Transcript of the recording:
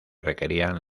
requerían